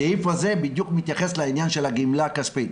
הסעיף הזה בדיוק מתייחס לעניין הגימלה הכספית.